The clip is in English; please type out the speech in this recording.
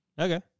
Okay